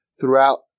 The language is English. throughout